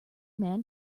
man